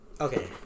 Okay